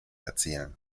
erzielen